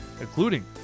including